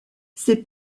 ses